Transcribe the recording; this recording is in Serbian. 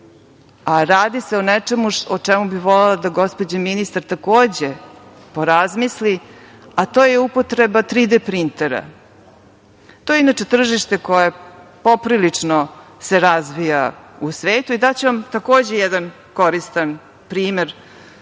a radi se o nečemu o čemu bih volela da gospođa ministar porazmisli. To je upotreba 3D printera. To je, inače, tržište koje se poprilično razvija u svetu i daću vam jedan koristan primer. Radi